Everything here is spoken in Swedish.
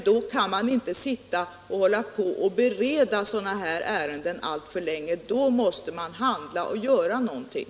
Då kan man inte hålla på och bereda sådana här ärenden alltför länge — då måste man göra någonting!